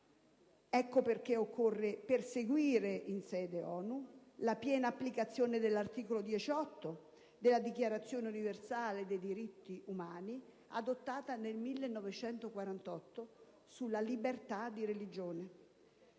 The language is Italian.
motivo occorre perseguire, in sede ONU, la piena applicazione dell'articolo 18 della Dichiarazione universale dei diritti umani, adottata nel 1948, sulla libertà di religione.